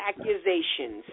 accusations